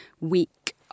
week